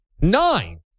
Nine